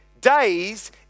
days